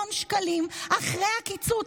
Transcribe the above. מיליון שקלים אחרי הקיצוץ.